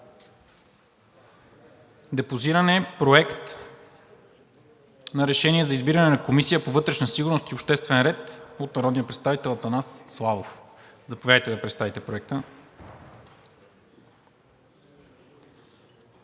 Депозиран е Проект на решение за избиране на Комисия по вътрешна сигурност и обществен ред от народния представител Атанас Славов. Заповядайте да представите Проекта.